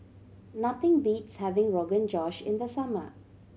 nothing beats having Rogan Josh in the summer